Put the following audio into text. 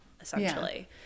essentially